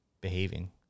behaving